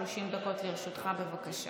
30 דקות לרשותך, בבקשה.